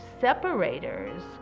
separators